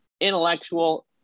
intellectual